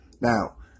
Now